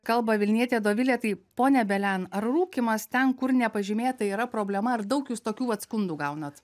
kalba vilnietė dovilė tai ponia belian ar rūkymas ten kur nepažymėta yra problema ar daug jūs tokių vat skundų gaunat